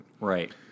Right